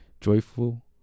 joyful